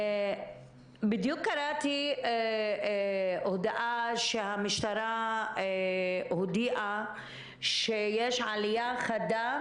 בדיוק קראתי הודעה שהמשטרה הודיעה שיש עלייה חדה